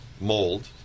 mold